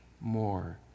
more